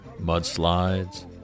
mudslides